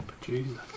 Jesus